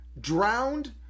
drowned